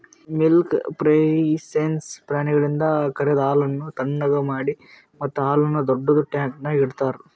milk pipeline ಪ್ರಾಣಿಗಳಿಂದ ಕರೆದ ಹಾಲನ್ನು ಥಣ್ಣಗ್ ಮಾಡಿ ಮತ್ತ ಹಾಲನ್ನು ದೊಡ್ಡುದ ಟ್ಯಾಂಕ್ನ್ಯಾಗ್ ಇಡ್ತಾರ